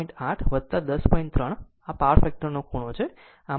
3 આ power factor ખૂણો છે આમ જ તેને 42